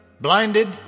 blinded